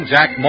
Jack